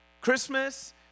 Christmas